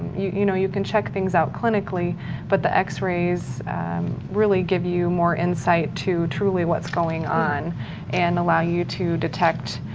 you you know, you can check things out clinically but the x-rays really give you more insight to truly what's going on and allow you to detect,